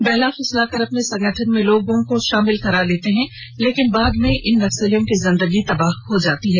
बहला फु्सलाकर अपने संगठन में शामिल करा लेते हैं लेकिन बाद में इन नक्सलियों की जिंदगी तबाह हो जाती है